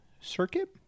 Circuit